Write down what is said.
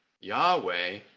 Yahweh